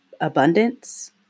abundance